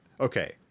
Okay